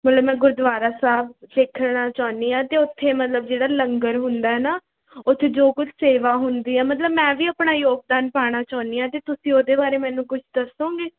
ਮਤਲਬ ਮੈਂ ਗੁਰਦੁਆਰਾ ਸਾਹਿਬ ਵੇਖਣਾ ਚਾਹੁੰਦੀ ਹਾਂ ਅਤੇ ਉੱਥੇ ਮਤਲਬ ਜਿਹੜਾ ਲੰਗਰ ਹੁੰਦਾ ਨਾ ਉੱਥੇ ਜੋ ਕੁਝ ਸੇਵਾ ਹੁੰਦੀ ਹੈ ਮਤਲਬ ਮੈਂ ਵੀ ਆਪਣਾ ਯੋਗਦਾਨ ਪਾਉਣਾ ਚਾਹੁੰਦੀ ਹਾਂ ਅਤੇ ਤੁਸੀਂ ਉਹਦੇ ਬਾਰੇ ਮੈਨੂੰ ਕੁਛ ਦੱਸੋਗੇ